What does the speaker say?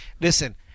listen